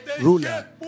ruler